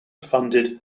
funded